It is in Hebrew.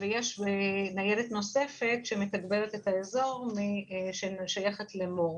ויש ניידת נוספת שמתגברת את האזור ושייכת למור.